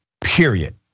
period